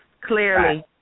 clearly